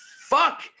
fuck